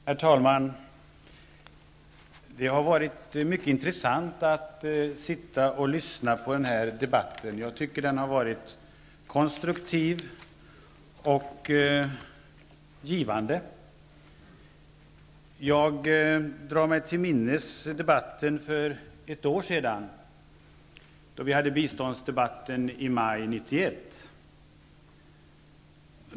Herr talman! Det har varit mycket intressant att sitta och lyssna på den här debatten. Den har enligt min mening varit konstruktiv och givande. Jag drar mig till minnes biståndsdebatten i maj 1991.